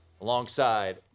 Alongside